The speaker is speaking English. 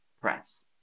press